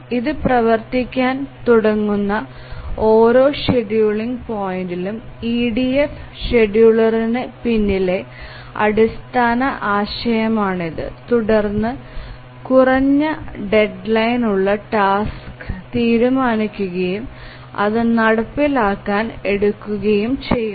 ഇത് പ്രവർത്തിക്കാൻ തുടങ്ങുന്ന ഓരോ ഷെഡ്യൂളിംഗ് പോയിന്റിലും EDF ഷെഡ്യൂളറിന് പിന്നിലെ അടിസ്ഥാന ആശയമാണിത് തുടർന്ന് കുറഞ്ഞ ഡെഡ്ലൈൻ ഉള്ള ടാസ്ക് തീരുമാനിക്കുകയും അത് നടപ്പിലാക്കാൻ എടുക്കുകയും ചെയ്യുന്നു